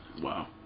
Wow